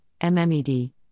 MMED